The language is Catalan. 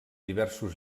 diversos